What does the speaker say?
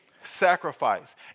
sacrifice